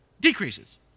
decreases